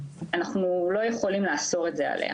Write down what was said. אנחנו לא יכולים לאסור את זה עליה,